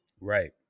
Right